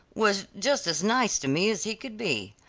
was just as nice to me as he could be.